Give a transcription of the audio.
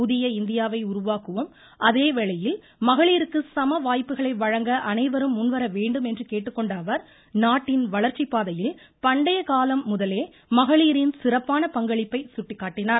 புதிய இந்தியாவை உருவாக்கும் அதேவேளையில் மகளிருக்கு சம வாய்ப்புகளை வழங்க அனைவரும் முன்வர வேண்டும் கேட்டுக்கொண்ட அவர் நாட்டின் வளர்ச்சிப் பாதையில் பண்டைய காலம் முதலே மகளிரின் சிறப்பான பங்களிப்பை சுட்டிக்காட்டினார்